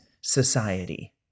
society